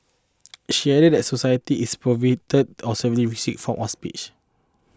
she added that a society is prohibit or severely restrict forms of speech